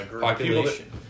population